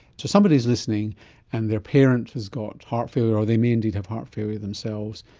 so somebody is listening and their parent has got heart failure or they may indeed have heart failure themselves,